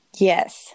Yes